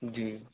جی